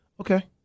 okay